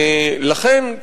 לכן,